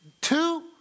Two